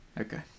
Okay